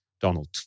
Donald